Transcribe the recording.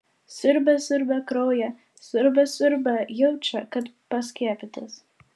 siurbia siurbia kraują siurbia siurbia jaučia kad paskiepytas